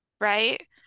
right